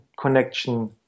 connection